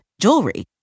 jewelry